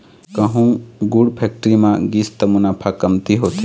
कहूँ गुड़ फेक्टरी म गिस त मुनाफा कमती होथे